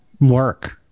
work